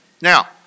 Now